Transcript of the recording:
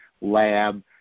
lab